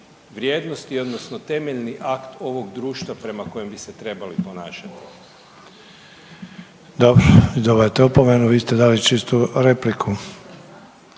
vrijednosti, odnosno temeljni akt ovog društva prema kojem bi se trebali ponašati. **Sanader, Ante (HDZ)** Dobro. Dobivate opomenu, vi ste dali čistu repliku.